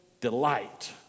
delight